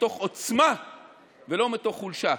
מתוך עוצמה ולא מתוך חולשה.